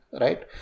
right